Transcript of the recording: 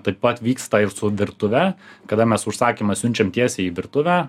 taip pat vyksta ir su virtuve kada mes užsakymą siunčiam tiesiai į virtuvę